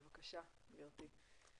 בבקשה גבירתי.